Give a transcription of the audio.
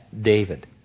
David